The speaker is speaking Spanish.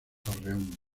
torreón